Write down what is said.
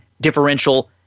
differential